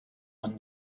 one